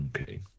Okay